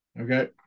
okay